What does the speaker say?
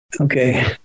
Okay